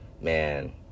man